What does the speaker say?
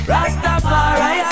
Rastafari